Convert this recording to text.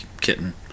kitten